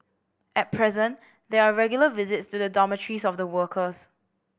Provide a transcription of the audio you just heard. at present there are regular visits to the dormitories of the workers